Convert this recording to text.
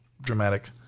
dramatic